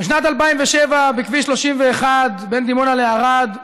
בשנת 2007, בכביש 31 בין דימונה לערד,